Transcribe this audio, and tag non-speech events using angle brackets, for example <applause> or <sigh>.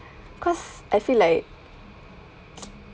cause I feel like <noise>